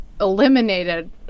eliminated